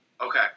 Okay